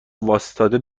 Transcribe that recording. واستاده